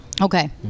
Okay